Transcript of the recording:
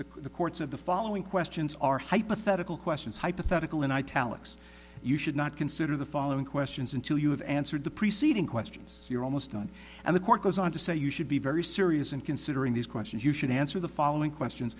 but the courts of the following questions are hypothetical questions hypothetical in italics you should not consider the following questions until you have answered the preceding questions you're almost done and the court goes on to say you should be very serious and considering these questions you should answer the following questions